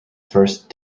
first